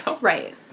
Right